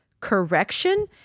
Correction